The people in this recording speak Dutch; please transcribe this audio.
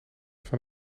van